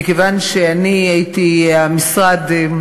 מכיוון שאני הייתי במשרד,